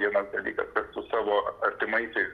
vienas dalykas kad su savo artimaisiais